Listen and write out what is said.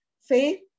faith